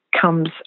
comes